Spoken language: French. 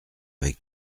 avec